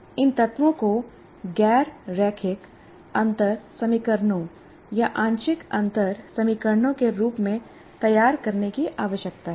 इन तत्वों को गैर रैखिक अंतर समीकरणों या आंशिक अंतर समीकरणों के रूप में तैयार करने की आवश्यकता है